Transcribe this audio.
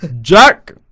Jack